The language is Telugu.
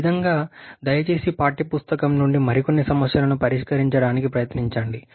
ఈ విధంగా దయచేసి పాఠ్యపుస్తకం నుండి మరికొన్ని సమస్యలను పరిష్కరించడానికి ప్రయత్నించండి